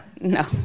No